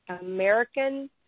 American